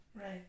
right